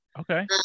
Okay